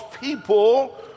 people